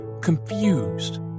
confused